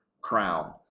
crown